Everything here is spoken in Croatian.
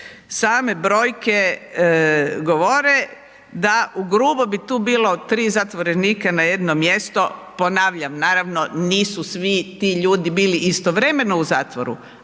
same brojke govore da ugrubo bi tu bilo 3 zatvorenika na jedno mjesto, ponavljam, naravno nisu svi ti ljudi bili istovremeno u zatvoru